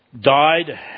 died